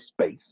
space